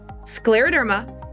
Scleroderma